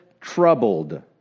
troubled